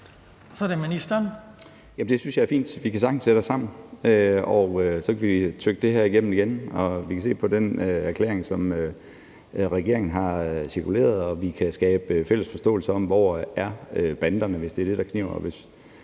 Det synes jeg er fint. Vi kan sagtens sætte os sammen, og så kan vi tygge det her igennem igen, vi kan se på den erklæring, som regeringen har cirkuleret, og vi kan skabe fælles forståelse for, hvor afgrænsningerne er, hvis det er det, der kniber.